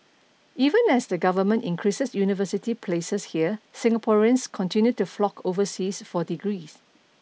even as the Government increases university places here Singaporeans continue to flock overseas for degrees